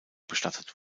bestattet